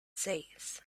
seis